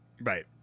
Right